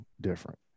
different